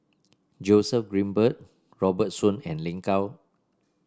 Joseph Grimberg Robert Soon and Lin Gao